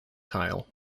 tile